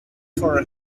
for